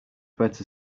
better